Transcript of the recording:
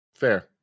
fair